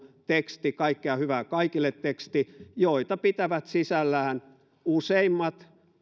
teksti kaikkea hyvää kaikille teksti joita pitävät sisällään useimmat